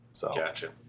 Gotcha